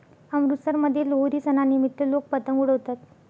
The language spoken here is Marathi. अमृतसरमध्ये लोहरी सणानिमित्त लोक पतंग उडवतात